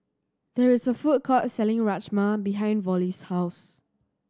there is a food court selling Rajma behind Vollie's house